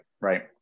right